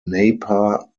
napa